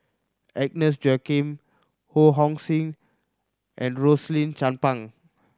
Agnes Joaquim Ho Hong Sing and Rosaline Chan Pang